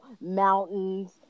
mountains